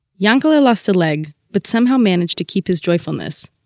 yanka'le ah lost a leg, but somehow managed to keep his joyfulness.